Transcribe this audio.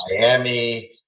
Miami